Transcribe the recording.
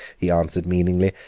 he answered meaningly.